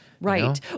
Right